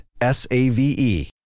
S-A-V-E